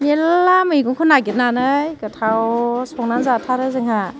मेरला मैगंखौ नागिरनानै गोथाव संनानै जाथारो जोंहा